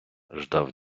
ждав